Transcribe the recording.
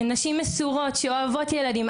נשים מסורות שאוהבות ילדים.